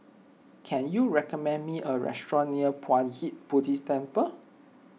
can you recommend me a restaurant near Puat Jit Buddhist Temple